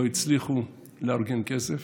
לא הצליחו לארגן כסף.